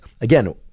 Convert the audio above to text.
Again